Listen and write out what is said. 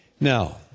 now